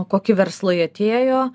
kokie verslai atėjo